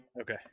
Okay